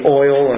oil